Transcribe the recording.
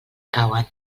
cauen